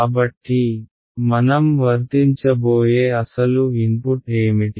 కాబట్టి మనం వర్తించబోయే అసలు ఇన్పుట్ ఏమిటి